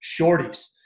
shorties